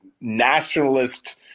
nationalist